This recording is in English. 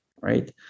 right